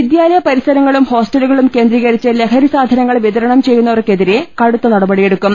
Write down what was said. വിദ്യാലയ പരിസരങ്ങളും ഹോസ്റ്റലുകളും കേന്ദ്രീകരിച്ച് ലഹ രിസാധനങ്ങൾ വിതരണം ചെയ്യുന്നവർക്കെതിരെ കടുത്ത നടപടി യെടുക്കും